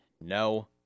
no